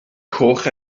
coch